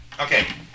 Okay